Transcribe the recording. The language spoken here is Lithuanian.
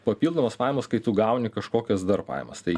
papildomos pajamos kai tu gauni kažkokias dar pajamas tai